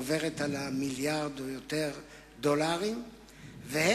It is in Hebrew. עוברת את המיליארד דולרים ויותר.